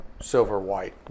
silver-white